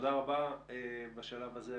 תודה רבה בשלב הזה.